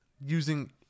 using